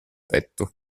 petto